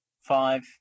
Five